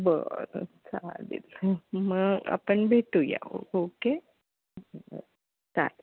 बरं चालेल मग आपण भेटूया ओके हो चालेल